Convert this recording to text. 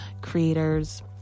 creators